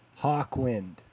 Hawkwind